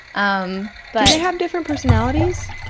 um but they have different personalities?